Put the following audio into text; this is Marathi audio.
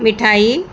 मिठाई